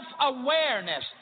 self-awareness